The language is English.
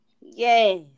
Yes